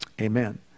Amen